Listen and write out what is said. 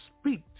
speak